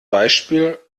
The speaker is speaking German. beispiel